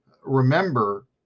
remember